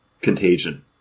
Contagion